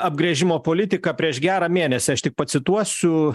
apgręžimo politiką prieš gerą mėnesį aš tik pacituosiu